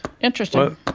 Interesting